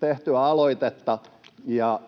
tehtyä aloitetta ja